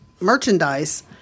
merchandise